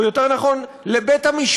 או יותר נכון לבית-המשפט,